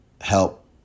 help